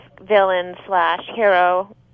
villain-slash-hero